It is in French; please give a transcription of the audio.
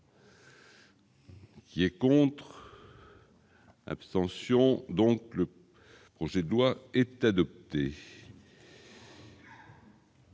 Qui est contre, abstention donc le projet de loi est adopté.